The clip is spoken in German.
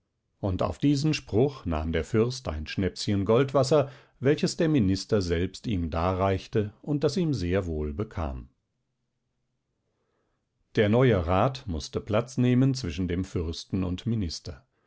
und auf diesen spruch nahm der fürst ein schnäpschen goldwasser welches der minister selbst ihm darreichte und das ihm sehr wohl bekam der neue rat mußte platz nehmen zwischen dem fürsten und minister